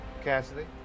Cassidy